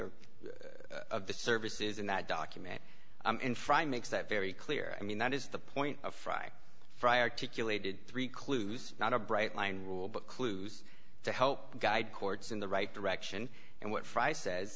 of the services in that document in frye makes that very clear i mean that is the point of frye frye articulated three clues not a bright line rule but clues to help guide courts in the right direction and what frye says